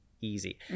easy